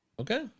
Okay